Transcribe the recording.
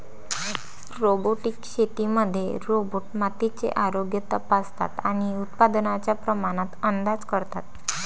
robotic शेतीमध्ये robot मातीचे आरोग्य तपासतात आणि उत्पादनाच्या प्रमाणात अंदाज करतात